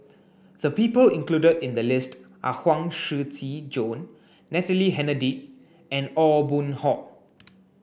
the people included in the list are Huang Shiqi Joan Natalie Hennedige and Aw Boon Haw